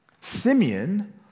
Simeon